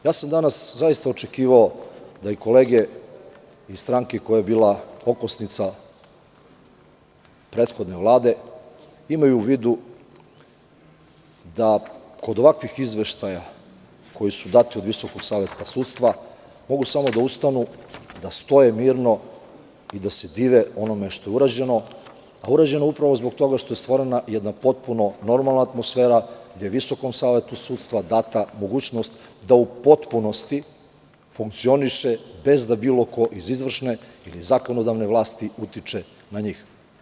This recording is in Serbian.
Očekivao sam danas da kolege iz stranke koja je bila okosnica prethodne vlade imaju u vidu da kod ovakvih izveštaja koji su dati od VSS mogu samo da ustanu, da stoje mirno i da se dive onome što je urađeno, a urađeno je upravo zbog toga što je stvorena jedna potpuno normalna atmosfera gde je VSS data mogućnost da u potpunosti funkcioniše bez da bilo ko iz izvršne ili zakonodavne vlasti utiče na njih.